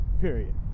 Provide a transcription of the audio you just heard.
Period